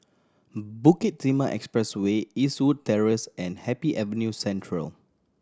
Bukit Timah Expressway Eastwood Terrace and Happy Avenue Central